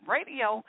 Radio